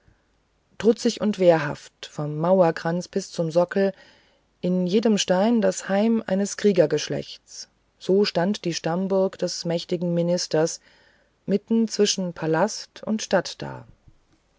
trutzig und wehrhaft vom mauerkranz bis zum sockel in jedem stein das heim eines kriegergeschlechtes so stand die stammburg des mächtigen ministers mitten zwischen palast und stadt da